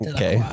Okay